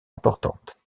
importantes